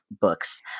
books